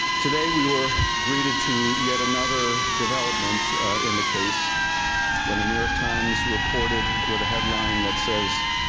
today we were greeted to yet another development in the case when the new york times reported with a headline that says,